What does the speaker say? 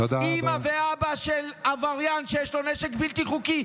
אימא ואבא של עבריין שיש לו נשק בלתי חוקי,